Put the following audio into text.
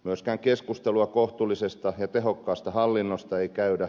myöskään keskustelua kohtuullisesta ja tehokkaasta hallinnosta ei käydä